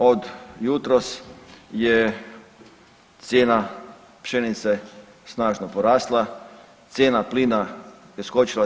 Od jutros je cijena pšenice snažno porasla, cijena plina je skočila 30%